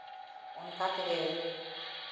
ᱚᱱᱠᱟ ᱛᱮᱜᱮ